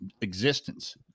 existence